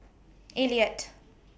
Elliott